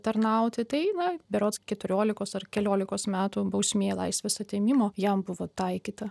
tarnauti tai na berods keturiolikos ar keliolikos metų bausmė laisvės atėmimo jam buvo taikyta